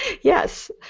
Yes